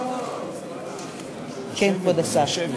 כבוד השר.